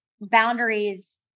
boundaries